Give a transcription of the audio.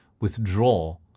Withdraw